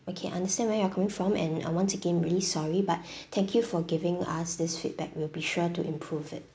okay I understand where you're coming from and I'm once again really sorry but thank you for giving us this feedback we'll be sure to improve it